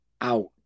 out